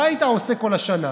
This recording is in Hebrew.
מה היית עושה כל השנה?